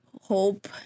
hope